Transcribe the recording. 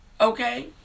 Okay